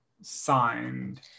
signed